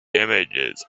images